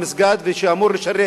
והיה אמור לשרת